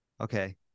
Okay